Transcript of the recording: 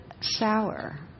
sour